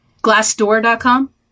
Glassdoor.com